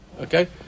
Okay